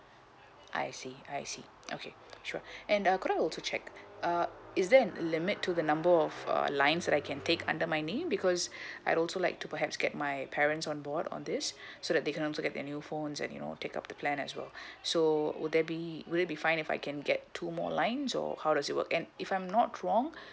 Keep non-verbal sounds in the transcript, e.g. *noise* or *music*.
I see I see okay sure *breath* and uh could I also check uh is there a limit to the number of uh lines that I can take under my name because *breath* I also like to perhaps get my parents on board on this *breath* so that they can also get their new phones and you know take up the plan as well *breath* so would there be will it be fine if I can get two more lines or how does it work and if I'm not wrong *breath*